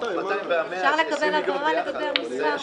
אפשר לקבל הבהרה לגבי המספר?